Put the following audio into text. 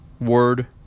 word